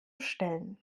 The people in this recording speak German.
stellen